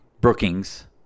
Brookings